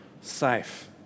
safe